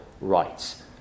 rights